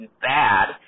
bad